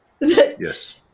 Yes